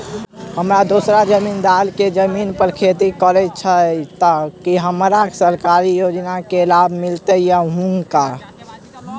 हम दोसर जमींदार केँ जमीन पर खेती करै छी तऽ की हमरा सरकारी योजना केँ लाभ मीलतय या हुनका?